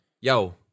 yo